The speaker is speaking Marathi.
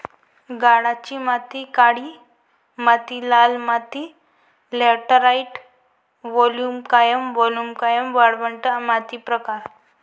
गाळाची माती काळी माती लाल माती लॅटराइट वालुकामय वालुकामय वाळवंट माती प्रकार